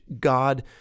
God